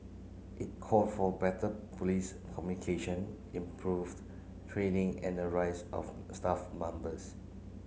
it call for better police communication improved training and a rise of staff